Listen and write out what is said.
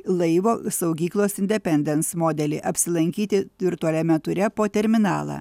laivo saugyklos independens modelį apsilankyti virtualiame ture po terminalą